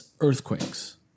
earthquakes